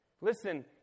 Listen